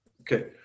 Okay